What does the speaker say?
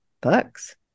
books